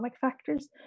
factors